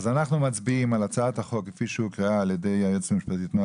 ונצביע על הצעת החוק כפי שהוקראה על ידי היועצת המשפטית נעה